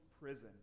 prison